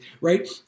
right